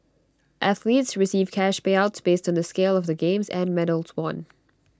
athletes receive cash payouts based on the scale of the games and medals won